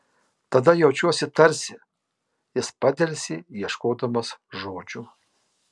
tada jaučiuosi tarsi jis padelsė ieškodamas žodžių